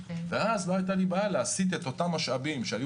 אז לא הייתה לי בעיה להסיט את אותם משאבים שהיו